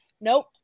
Nope